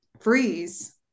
freeze